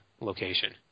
location